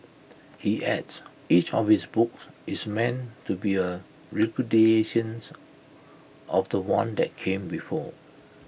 he adds each of his books is meant to be A repudiations of The One that came before